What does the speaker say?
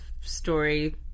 story